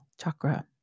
chakra